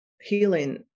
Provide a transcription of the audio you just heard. healing